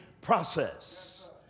process